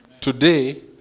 Today